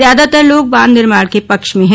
ज्यादातर लोग बांध निर्माण के पक्ष में हैं